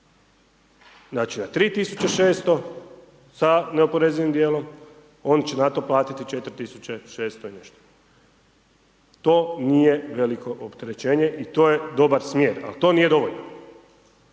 Znači na 3 tisuće 600 sa neoporezivim dijelom on će na to platiti 4 tisuće 600 i nešto. To nije veliko opterećenje i to je dobar smjer. Ali to nije dovoljno